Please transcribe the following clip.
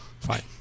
Fine